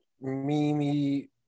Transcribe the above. Mimi